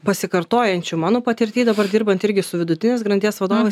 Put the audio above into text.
pasikartojančių mano patirty dabar dirbant irgi su vidutinės grandies vadovais